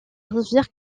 rivière